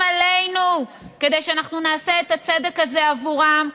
עלינו כדי שאנחנו נעשה את הצדק הזה עבורם.